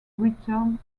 return